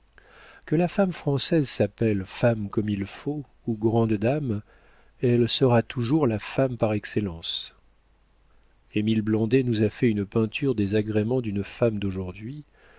que la femme française s'appelle femme comme il faut ou grande dame elle sera toujours la femme par excellence émile blondet nous a fait une peinture des agréments d'une femme d'aujourd'hui